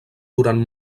durant